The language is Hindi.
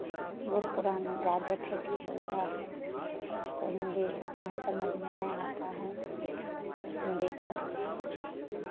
बूढ़ पुरान ज़्यादे ठेठी बोलता है अ उसको हिन्दी उतना समझ में नहीं आता है हिन्दी तर